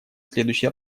следующие